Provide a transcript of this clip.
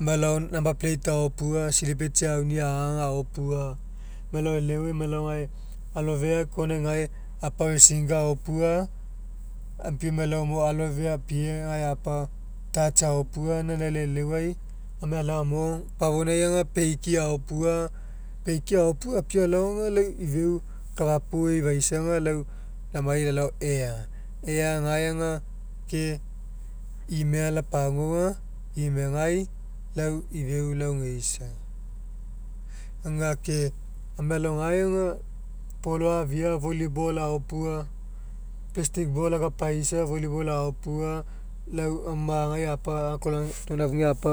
amai alao number plate aopua silipetsi aunia agaga. Emai e'eleuai emak elao gae aloaifea conerai gae apa racing car aopua apiau amai alao aloaifea apiegae apa touch aopua gaina lau e'eleuai amai alao gamo opofoina aga peiki aopua peiki aopua apiau alao aga lau ifeu kafapu eifaisa aga lau lamai lalao ea, ea gae aga ke imega lapaguaua imegai lau ifeu lauheisa. Auga ke amai alao gae aga polo afia volleyball aopua plastic ball akapaisa volleyball aopua lau gamo magai apa uncle anton afugai apa